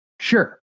sure